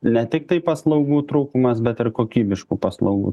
ne tiktai paslaugų trūkumas bet ir kokybiškų paslaugų